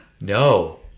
no